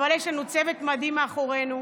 אבל יש לנו צוות מדהים מאחורינו.